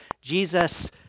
Jesus